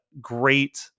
great